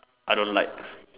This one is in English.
I don't like